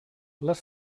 les